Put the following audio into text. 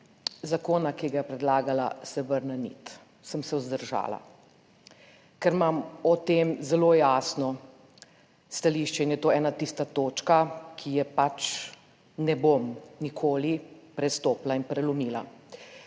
zakona, ki ga je predlagala Srebrna nit. Sem se vzdržala. Ker imam o tem zelo jasno stališče in je to ena tista točka, ki je pač ne bom nikoli prestopila **66.